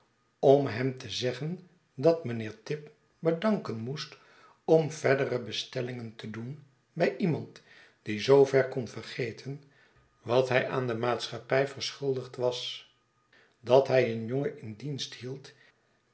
om hem te zeggen dat mijnheer pip bedanken moest om verdere bestellingen te doen bij iemand die zoover kon vergeten wat hij aan de maatschappij verschuldigd was dat hij een jongen in dienst hield